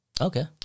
Okay